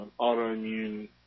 autoimmune